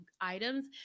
items